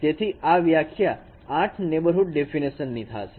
તેથી આ વ્યાખ્યા 8 નેબરહુડ ડેફીનેશન ની થાય છે